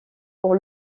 pour